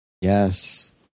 Yes